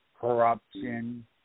corruption